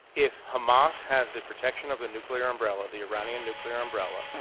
if hamas has the protection of the nuclear umbrella the iranian nuclear umbrella,